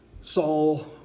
Saul